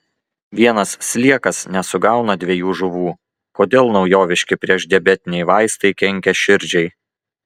vienas sliekas nesugauna dviejų žuvų kodėl naujoviški priešdiabetiniai vaistai kenkia širdžiai